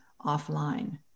offline